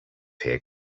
here